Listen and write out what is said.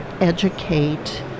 educate